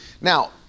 now